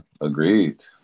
Agreed